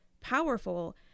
powerful